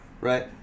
right